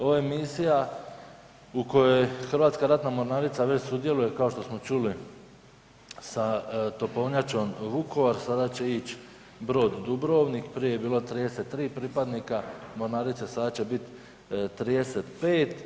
Ovo je misija u kojoj Hrvatska ratna mornarica već sudjeluje kao što smo čuli sa topovnjačom Vukovar, sada će ići brod Dubrovnik, prije je bilo 33 pripadnika mornarice, sada će biti 35.